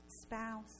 spouse